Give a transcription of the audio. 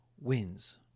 wins